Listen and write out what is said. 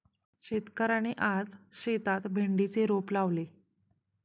शेतकऱ्याने आज शेतात भेंडीचे रोप लावले